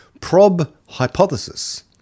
prob-hypothesis